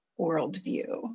worldview